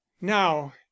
now